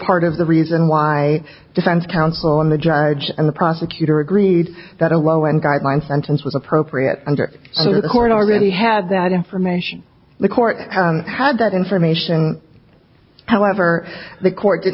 part of the reason why defense counsel and the judge and the prosecutor agreed that a low and guideline sentence was appropriate under the court already had that information the court had that information however the court